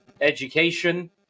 education